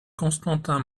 constantin